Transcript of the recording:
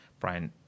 Brian